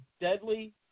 deadly